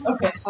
Okay